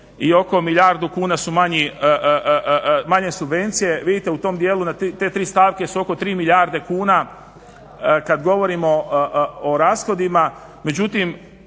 i oko milijardu kuna su manje subvencije. Vidite u tom dijelu na te tri stavke su oko 3 milijarde kuna, kada govorimo o rashodima.